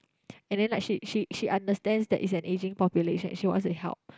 and then like she she she understands that is an aging population she wants to help